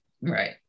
Right